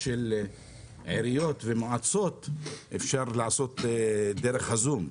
של עיריות ומועצות אפשר יהיה לעשות בזום,